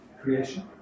creation